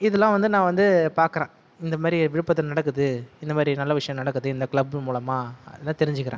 இதலாம் வந்து நான் வந்து பார்க்கறேன் இந்த மாதிரி விழுப்புரத்தில் நடக்குது இந்த மாதிரி நல்ல விஷயம் நடக்குது இந்த கிளப் மூலமாக எல்லாம் தெரிஞ்சுக்கறேன்